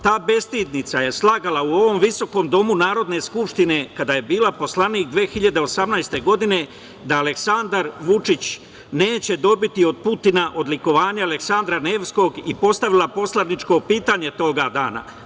Ta bestidinica je slagala u ovom visokom domu Narodne skupštine, kada je bila poslanik 2018. godine, da Aleksandar Vučić neće dobiti od Putina odlikovanje Aleksandra Nevskog i postavila poslaničko pitanje toga dana.